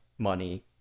money